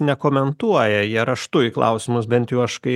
nekomentuoja jie raštu į klausimus bent jau aš kai